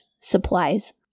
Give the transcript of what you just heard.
supplies